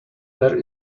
there